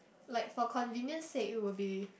like for convenience sake it will be